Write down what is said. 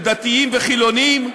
של דתיים וחילונים,